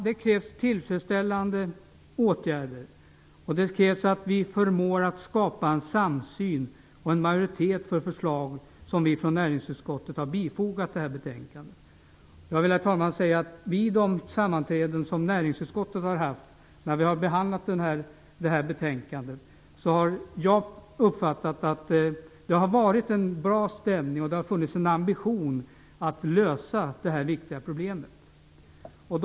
Det krävs tillfredsställande åtgärder och det krävs att vi förmår att skapa en samsyn och en majoritet för förslag som vi från näringsutskottet har bifogat det här betänkandet. Jag vill säga, herr talman, att vid de sammanträden som näringsutskottet har haft när vi har behandlat det här betänkandet har jag uppfattat att det har varit en bra stämning, och det har funnits en ambition att lösa det här viktiga problemet.